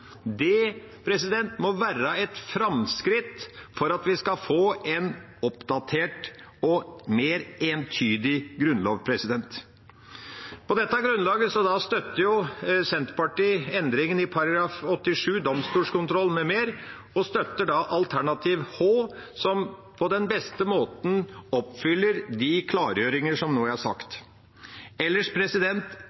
Det må være et framskritt for at vi skal få en oppdatert og mer entydig grunnlov. På dette grunnlaget støtter Senterpartiet endringen i § 89 om domstolskontroll m.m. og støtter da alternativ H, som på den beste måten oppfyller de klargjøringer som jeg nå